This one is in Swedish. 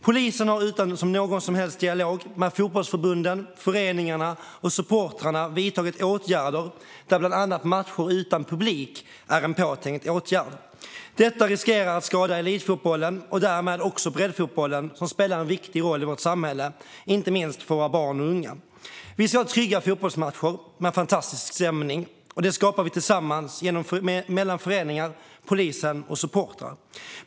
Polisen har utan någon som helst dialog med fotbollsförbunden, föreningarna och supportrarna aviserat bland annat matcher utan publik som en påtänkt åtgärd. Detta riskerar att skada elitfotbollen och därmed också breddfotbollen som spelar en viktig roll i vårt samhälle, inte minst för våra barn och unga. Vi ska ha trygga fotbollsmatcher med fantastisk stämning. Det skapar vi tillsammans mellan föreningar, polisen och supportrar.